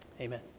Amen